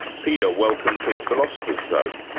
peter, welcome to the philosopher's zone.